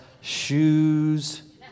shoes